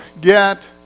get